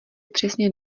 přesně